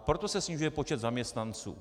Proto se snižuje počet zaměstnanců.